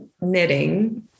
knitting